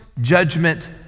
judgment